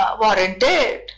Warranted